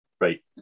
right